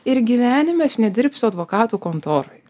ir gyvenime aš nedirbsiu advokatų kontoroj